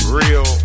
real